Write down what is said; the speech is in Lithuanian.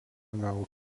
gavo